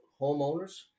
homeowners